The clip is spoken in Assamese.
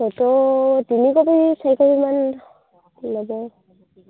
ফটো তিনি কপি চাৰি কপিমান ল'ব